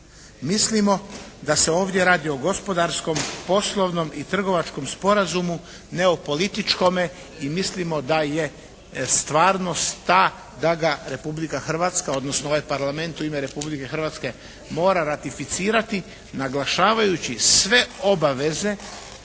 Mislimo da se ovdje radi o gospodarskom, poslovnom i trgovačkom sporazumu, ne o političkome i mislimo da je stvarnost ta da ga Republika Hrvatska odnosno ovaj Parlament u ime Republike Hrvatske mora ratificirati naglašavajući sve obaveze